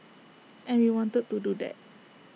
and we wanted to do that